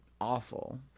awful